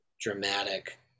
dramatic